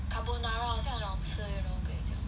carbonara 好像很好吃 eh 我看一下